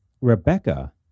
Rebecca